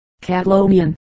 Catalonian